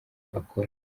bakora